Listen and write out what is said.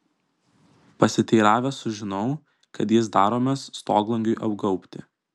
pasiteiravęs sužinau kad jis daromas stoglangiui apgaubti